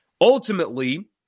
Ultimately